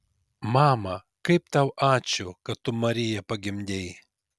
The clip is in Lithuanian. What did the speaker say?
mama kaip tau ačiū kad tu mariją pagimdei